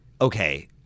okay